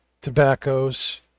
tobaccos